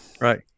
Right